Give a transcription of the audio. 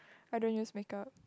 I don't use makeup